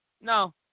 No